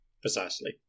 precisely